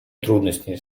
трудности